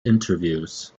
interviews